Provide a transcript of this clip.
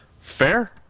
Fair